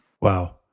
Wow